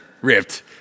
ripped